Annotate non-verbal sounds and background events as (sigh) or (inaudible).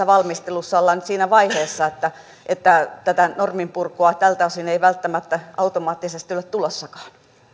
(unintelligible) valmistelussa ollaan nyt siinä vaiheessa että että tätä normin purkua tältä osin ei välttämättä automaattisesti ole tulossakaan